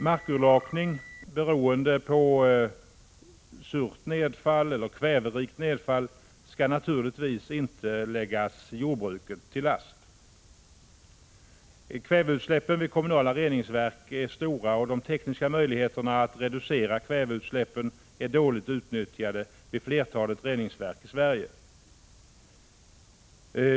Markurlakning beroende på surt nedfall eller kväverikt nedfall skall naturligtvis inte läggas jordbruket till last. Kväveutsläppen vid kommunala reningsverk är stora, och de tekniska möjligheterna att reducera kväveutsläppen är dåligt utnyttjade vid flertalet reningsverk i Sverige.